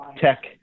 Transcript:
tech